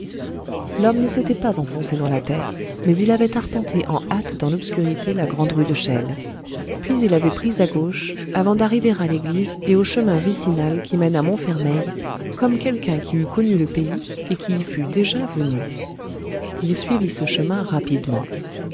l'homme ne s'était pas enfoncé dans la terre mais il avait arpenté en hâte dans l'obscurité la grande rue de chelles puis il avait pris à gauche avant d'arriver à l'église le chemin vicinal qui mène à montfermeil comme quelqu'un qui eût connu le pays et qui y fût déjà venu il suivit ce chemin rapidement